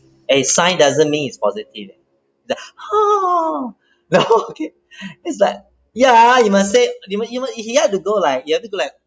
a sigh doesn't mean it's positive eh the !hais! the okay is like ya you must say even even if you had to go like you have to go like